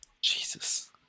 Jesus